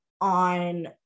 on